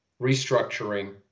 restructuring